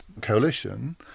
coalition